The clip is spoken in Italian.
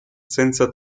senza